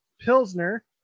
Pilsner